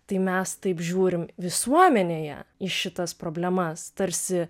tai mes taip žiūrim visuomenėje į šitas problemas tarsi